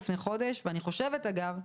לפני חודש ואני חושבת אגב,